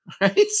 right